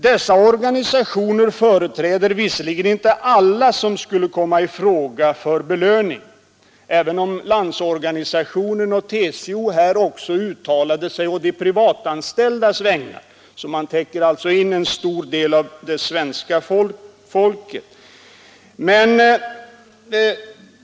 Dessa organisationer företräder visserligen inte alla som skulle komma i fråga för belöning — även om Landsorganisationen och TCO här också uttalade sig å de privatanställdas vägnar och man därmed täcker in en stor del av det svenska folket.